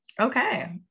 Okay